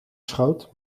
schoot